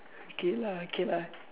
okay lah okay lah